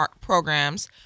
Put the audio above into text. programs